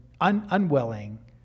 unwilling